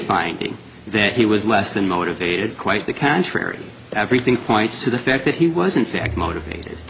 finding that he was less than motivated quite the contrary everything points to the fact that he was in fact motivated